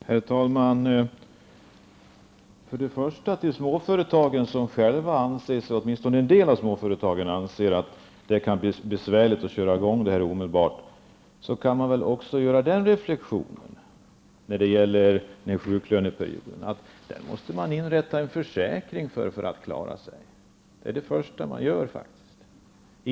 Herr talman! Först och främst vill jag kommentera detta med småföretagen. Inom åtminstone en del av småföretagen anser man att det kan bli besvärligt att omedelbart köra i gång med det nya systemet. När det gäller sjuklöneperioden kan man väl göra följande reflexion. Här måste man tydligen inrätta en försäkring för att klara sig. Det är faktiskt det första man gör.